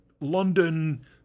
London